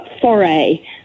foray